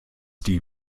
die